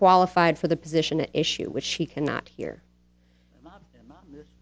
qualified for the position an issue which she cannot hear th